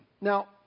Now